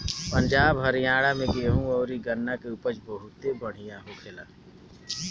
पंजाब, हरियाणा में गेंहू अउरी गन्ना के उपज बहुते बढ़िया होखेला